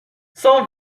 cent